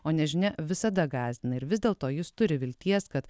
o nežinia visada gąsdina ir vis dėlto jis turi vilties kad